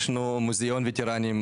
ישנו מוזיאון ווטרנים,